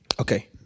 Okay